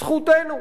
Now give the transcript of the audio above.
זכותנו.